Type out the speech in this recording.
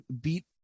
beat